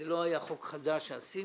זה לא היה חוק חדש שעשינו,